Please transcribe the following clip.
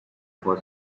for